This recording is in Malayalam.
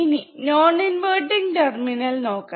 ഇനി നോൺ ഇൻവെർട്ടിങ് നോക്കാം